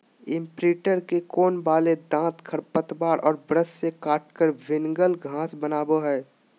imprinter के कोण वाले दांत खरपतवार और ब्रश से काटकर भिन्गल घास बनावैय हइ